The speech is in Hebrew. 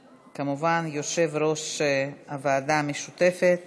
כמובן, יושב-ראש הוועדה המשותפת